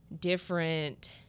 different